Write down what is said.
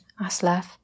ASLEF